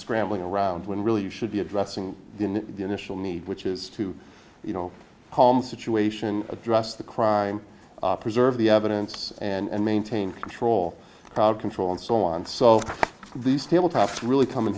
scrambling around when really you should be addressing the initial need which is to you know home situation address the crime preserve the evidence and maintain control crowd control and so on so these tabletops really come in